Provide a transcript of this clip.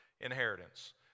inheritance